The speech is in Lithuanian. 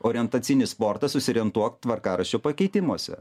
orientacinis sportas susiorientuok tvarkaraščio pakeitimuose